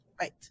Right